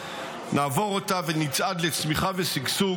נעבור אותה ונצעד לצמיחה ושגשוג,